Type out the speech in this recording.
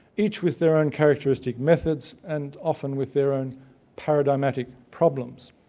each with their own characteristic methods, and often with their own paradigmatic problems.